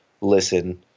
listen